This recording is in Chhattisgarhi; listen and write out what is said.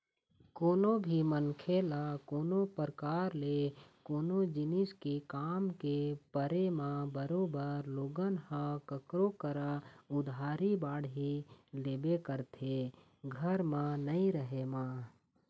कोनो भी मनखे ल कोनो परकार ले कोनो जिनिस के काम के परे म बरोबर लोगन ह कखरो करा उधारी बाड़ही लेबे करथे घर म नइ रहें म